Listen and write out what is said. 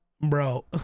bro